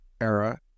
era